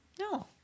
No